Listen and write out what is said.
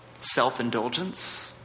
self-indulgence